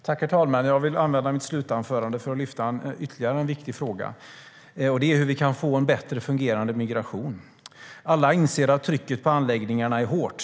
Herr talman! Jag vill använda mitt slutanförande till att lyfta ytterligare en viktig fråga. Det handlar om hur vi kan få en bättre fungerande migration. Alla inser att trycket på anläggningarna är hårt.